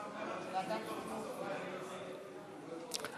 ועדת הכנסת נתקבלה.